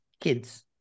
Kids